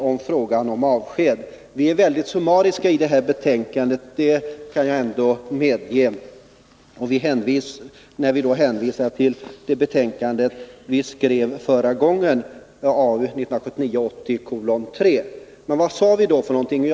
På frågan om avsked vill jag ge följande besked: Jag kan medge att vi är mycket summariska i detta betänkande, när vi hänvisar till det betänkande vi skrev förra gången frågan behandlades, nämligen AU 1979/80:3. Vad sade vi då?